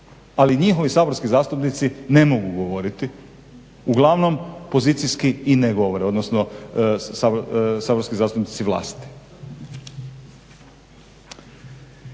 Ali njihovi saborski zastupnici ne mogu govoriti, uglavnom pozicijski i ne govore, odnosno saborski zastupnici vlasti.